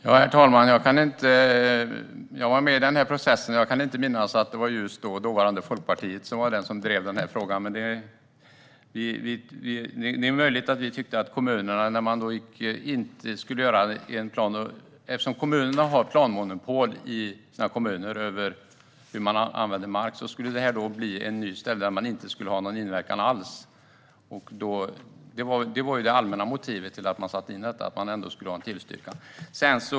Herr talman! Jag var med i denna process, men jag kan inte minnas att det var just dåvarande Folkpartiet som var drivande i frågan. Eftersom kommunerna har planmonopol över hur marken i kommunerna används är det möjligt att vi tyckte att detta skulle bli ett nytt ställe där man inte skulle ha någon inverkan alls. Att man ändå skulle ha en tillstyrkan var det allmänna motivet till att detta sattes in.